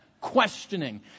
questioning